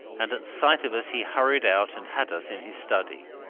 and at sight of us he hurried out and had us in his study.